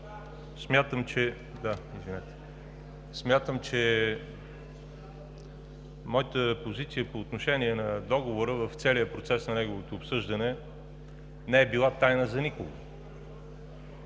смятам, че моята позиция по отношение на Договора в целия процес на неговото обсъждане не е била тайна за никого.